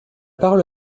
parole